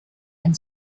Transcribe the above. and